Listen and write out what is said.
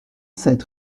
sept